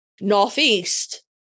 Northeast